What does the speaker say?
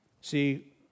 See